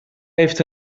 heeft